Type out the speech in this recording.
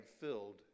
filled